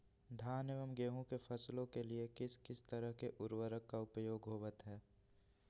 धान एवं गेहूं के फसलों के लिए किस किस तरह के उर्वरक का उपयोग होवत है?